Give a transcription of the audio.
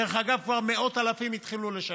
דרך אגב, כבר מאות אלפים התחילו לשלם.